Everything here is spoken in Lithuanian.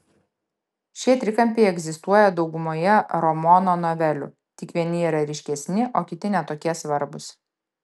šie trikampiai egzistuoja daugumoje ramono novelių tik vieni yra ryškesni o kiti ne tokie svarbūs